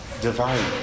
divine